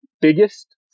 biggest